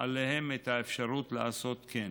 עליהם את האפשרות לעשות כן.